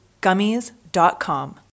gummies.com